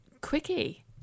quickie